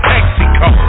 Mexico